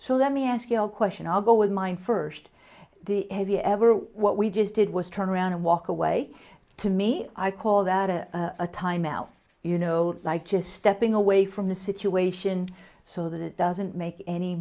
so let me ask you a question i'll go with mine first the have you ever were what we just did was turn around and walk away to me i call that a a timeout you know like just stepping away from the situation so that it doesn't make any